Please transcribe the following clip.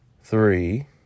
Three